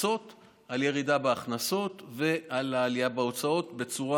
לפצות על ירידה בהכנסות ועל עלייה בהוצאות בצורה